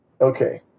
Okay